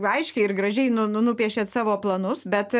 aiškiai ir gražiai nu nu nupiešėt savo planus bet